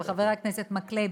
של חבר הכנסת מקלב,